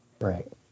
Right